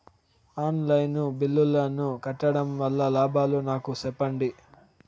On line బిల్లుల ను కట్టడం వల్ల లాభాలు నాకు సెప్పండి?